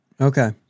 Okay